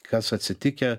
kas atsitikę